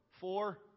Four